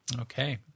Okay